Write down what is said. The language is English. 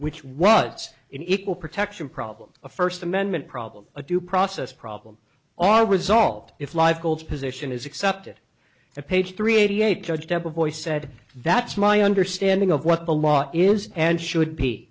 which was in equal protection problem a first amendment problem a due process problem are resolved if live coals position is accepted a page three eighty eight judge debra voice said that's my understanding of what the law is and should be